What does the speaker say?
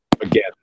again